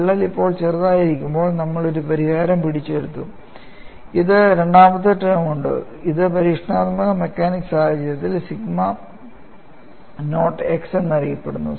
വിള്ളൽ ഇപ്പോൾ ചെറുതായിരിക്കുമ്പോൾ നമ്മൾ ഒരു പരിഹാരം പിടിച്ചെടുത്തു ഇതിന് രണ്ടാമത്തെ ടേം ഉണ്ട് ഇത് പരീക്ഷണാത്മക മെക്കാനിക്സ് സാഹിത്യത്തിൽ സിഗ്മ നോട്ട് x എന്നറിയപ്പെടുന്നു